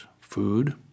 food